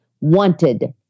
wanted